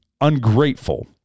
ungrateful